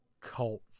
cult